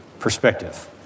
perspective